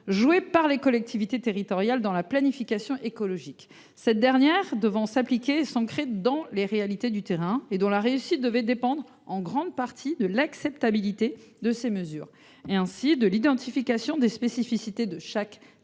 joué par les collectivités territoriales dans la planification écologique. Celle ci devait s’appliquer et s’ancrer dans les réalités du terrain. Sa réussite devait dépendre, en grande partie, de l’acceptabilité des mesures proposées. Il en était de même de l’identification des spécificités de chaque territoire